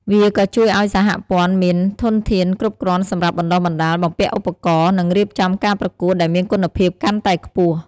វាក៏ជួយឲ្យសហព័ន្ធមានធនធានគ្រប់គ្រាន់សម្រាប់បណ្តុះបណ្តាល បំពាក់ឧបករណ៍ និងរៀបចំការប្រកួតដែលមានគុណភាពកាន់តែខ្ពស់។